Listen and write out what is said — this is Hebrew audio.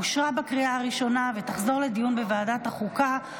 אושרה בקריאה הראשונה ותחזור לדיון בוועדת החוקה,